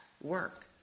work